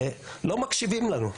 לא מקשיבים לנו.